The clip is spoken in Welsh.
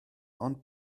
ond